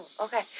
Okay